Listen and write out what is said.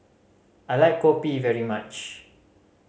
I like kopi very much